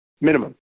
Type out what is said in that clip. minimum